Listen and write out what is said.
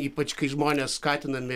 ypač kai žmonės skatinami